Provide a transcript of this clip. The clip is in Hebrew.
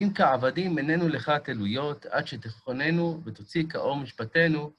אם כעבדים עינינו לך תלויות, עד שתחוננו ותוציא כאור משפטנו.